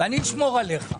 ואני אשמור עליך.